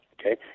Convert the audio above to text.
okay